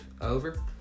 over